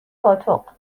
پاتق